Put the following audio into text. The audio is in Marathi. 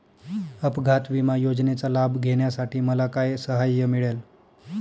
अपघात विमा योजनेचा लाभ घेण्यासाठी मला काय सहाय्य मिळेल?